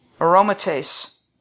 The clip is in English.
aromatase